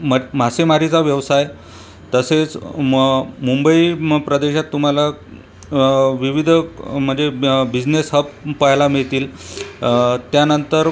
much मासेमारीचा व्यवसाय तसेच म मुंबई म प्रदेशात तुम्हाला विविधमध्ये बिझनेस हब पाहायला मिळतील त्यानंतर